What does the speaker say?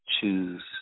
choose